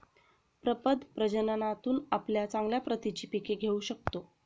प्रपद प्रजननातून आपण चांगल्या प्रतीची पिके घेऊ शकतो